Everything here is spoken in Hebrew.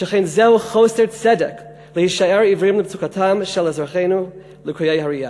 שכן זהו חוסר צדק להישאר עיוורים למצוקתם של אזרחינו לקויי הראייה.